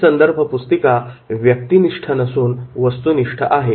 ही संदर्भ पुस्तिका व्यक्तिनिष्ठ नसून वस्तुनिष्ठ आहे